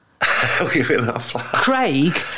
Craig